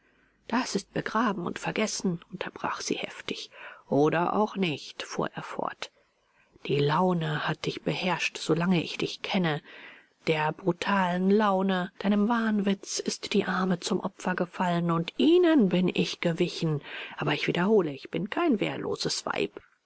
das ist begraben und vergessen unterbrach sie heftig oder auch nicht fuhr er fort die laune hat dich beherrscht solange ich dich kenne der brutalen laune deinem wahnwitz ist die arme zum opfer gefallen und ihnen bin ich gewichen aber ich wiederhole ich bin kein wehrloses weib